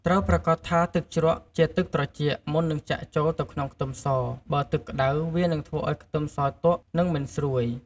ត្រូវប្រាកដថាទឹកជ្រក់ជាទឹកត្រជាក់ មុននឹងចាក់ចូលទៅក្នុងខ្ទឹមស បើទឹកក្តៅ វានឹងធ្វើឱ្យខ្ទឹមសទក់ និងមិនស្រួយ។